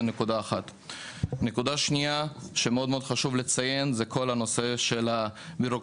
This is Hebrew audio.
הנקודה השנייה שחשוב מאוד מאוד לציין זה כל נושא הבירוקרטיה,